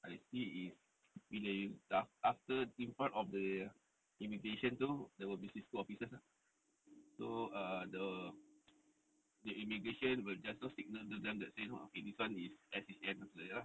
I see is bila you dah after in front of the immigration tu there will be cisco officers lah so ah the the immigration will just go signal to them that say okay this one is S_H_N like that lah